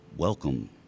Welcome